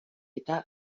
eta